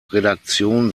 redaktion